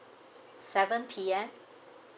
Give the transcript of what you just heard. seven P_M